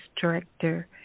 director